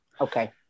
Okay